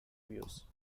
views